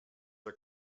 are